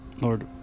Lord